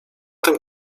tym